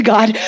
God